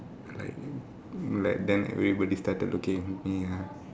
like then like then everybody started looking at me ah